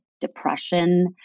depression